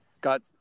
got